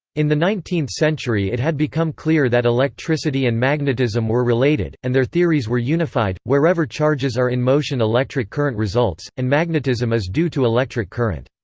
in the nineteenth century it had become clear that electricity and magnetism were related, and their theories were unified wherever charges are in motion electric current results, and magnetism is due to electric current.